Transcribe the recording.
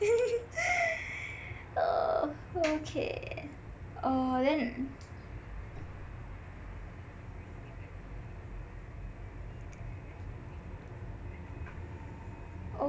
uh okay oh when